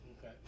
Okay